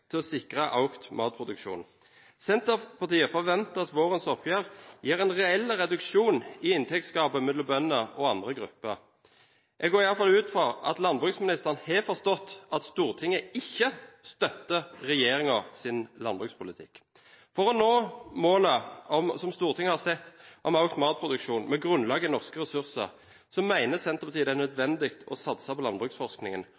til å sikre økt matproduksjon. Senterpartiet forventer at vårens oppgjør gir en reell reduksjon i inntektsgapet mellom bønder og andre grupper. Jeg går iallfall ut fra at landbruksministeren har forstått at Stortinget ikke støtter regjeringens landbrukspolitikk. For å nå målet som Stortinget har satt om økt matproduksjon med grunnlag i norske ressurser, mener Senterpartiet det er